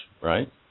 right